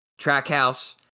Trackhouse